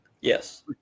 Yes